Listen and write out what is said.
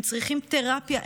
הם צריכים תרפיה,